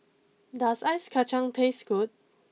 does Ice Kacang taste good